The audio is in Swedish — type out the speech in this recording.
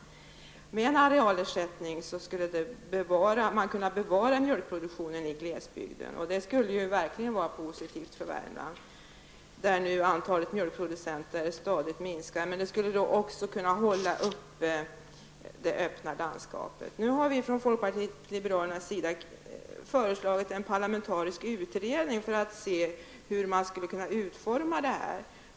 Med en arealersättning skulle man kunna bevara mjölkproduktionen i glesbygden. Det skulle verkligen vara positivt för Värmland, där antalet mjölkproducenter nu minskar stadigt. Det skulle också kunna bibehålla det öppna landskapet. Från folkpartiet liberalernas sida har vi nu föreslagit en parlamentarisk utredning. Det gäller hur man skulle kunna utforma det här.